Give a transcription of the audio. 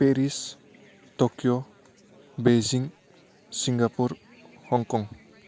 Paris Tokyo Beijing Singapore Hong Kong